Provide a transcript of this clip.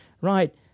right